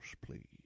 please